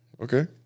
Okay